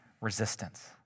resistance